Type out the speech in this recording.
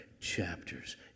chapters